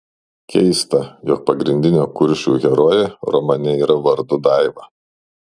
keista jog pagrindinė kuršių herojė romane yra vardu daiva